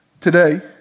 today